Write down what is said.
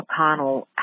McConnell